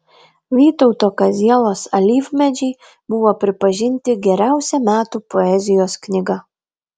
vytauto kazielos alyvmedžiai buvo pripažinti geriausia metų poezijos knyga